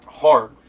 hard